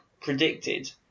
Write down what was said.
predicted